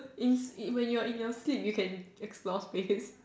eh in when you are in your sleep you can explore spaces